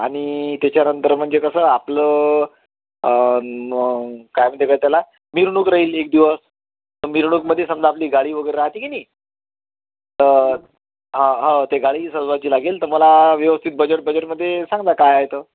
आणि त्याच्यानंतर म्हणजे कसं आपलं काय म्हणते गं त्याला मिरवणूक राहिली एक दिवस मिरवणूकीमध्ये समजा आपली गाडी वगैरे राहते की नाही तर हा हं ते गाडी सजवायची लागेल तर मला व्यवस्थित बजेट बजेटमध्ये सांगना काय आहे ते